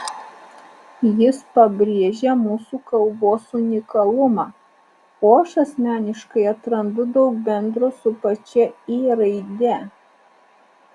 jis pabrėžia mūsų kalbos unikalumą o aš asmeniškai atrandu daug bendro su pačia ė raide